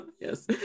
yes